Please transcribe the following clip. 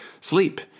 sleep